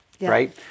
right